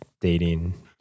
dating